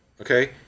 okay